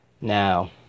Now